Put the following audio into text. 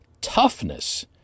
toughness